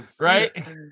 Right